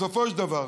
בסופו של דבר,